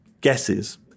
guesses